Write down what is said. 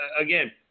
again